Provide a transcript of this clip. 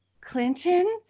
Clinton